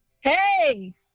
Hey